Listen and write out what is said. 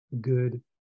good